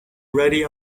ready